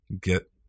get